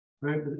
right